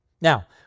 Now